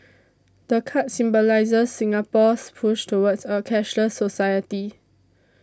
the card symbolises Singapore's push towards a cashless society